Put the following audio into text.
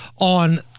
on